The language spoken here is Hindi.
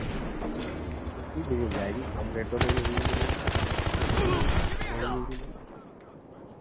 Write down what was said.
तो सस्ती भी मिल जाएगी कम रेटों में भी हमें मिलेगी ये नहीं है कि महंगी मिले